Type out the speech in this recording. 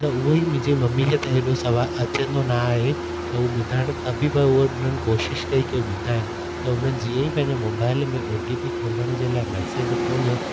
त उहो ई मुंहिंजी मम्मीअ हेॾो सभु अचंदो नाहे त हू ॿुधाइण त बि उहा हुननि कोशिश कई कि ॿुधाइनि त उन्हनि जीअं ई पंहिंजे मोबाइल में ओ टी पी खोलण जे लाइ मैसेज खोलियो